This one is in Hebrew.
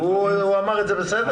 הוא אמר את זה בסדר?